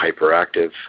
hyperactive